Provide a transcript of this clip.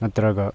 ꯅꯠꯇ꯭ꯔꯒ